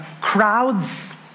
crowds